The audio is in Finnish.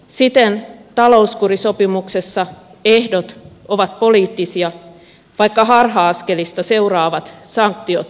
siten talouskurisopimuksessa ehdot ovat poliittisia vaikka harha askelista seuraavat sanktiot ovat oikeudellisia